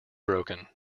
broken